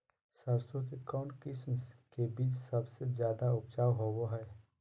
सरसों के कौन किस्म के बीच सबसे ज्यादा उपजाऊ होबो हय?